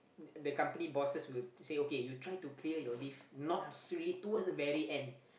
the company bosses will say okay you try to clear your leave not really towards the very end